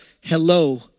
hello